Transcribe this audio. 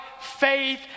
faith